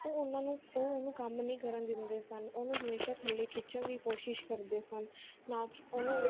ਉਹ ਉਹਨਾਂ ਨੂੰ ਉਹ ਉਹਨੂੰ ਕੰਮ ਨਹੀਂ ਕਰਨ ਦਿੰਦੇ ਸਨ ਉਹਨੂੰ ਹਮੇਸ਼ਾ ਥੱਲੇ ਖਿੱਚਣ ਦੀ ਕੋਸ਼ਿਸ਼ ਕਰਦੇ ਸਨ ਨਾ ਕਿ ਉਹਨੂੰ